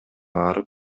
барып